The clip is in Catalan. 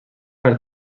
per